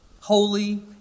holy